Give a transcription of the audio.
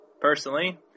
personally